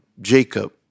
Jacob